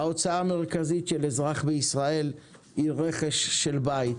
ההוצאה המרכזית של אזרח בישראל היא רכש של בית.